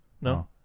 No